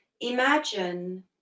imagine